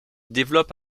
développe